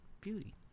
beauty